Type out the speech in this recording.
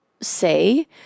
say